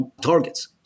targets